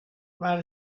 waar